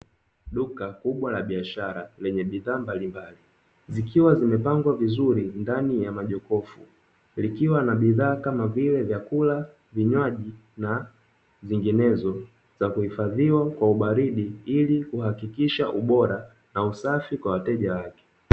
Duka kubwa la biashara lenye bidhaa mbalimbali zikiwa zimepangwa vizuri ndani ya majokofu, likiwa na bidhaa kama vile; vyakula, vinywaji na nyinginezo za kuhifadhiwa kwa ubaridi ili kuhakikisha ubora na usafi kwa wateja wake.